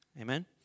Amen